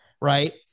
right